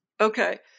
Okay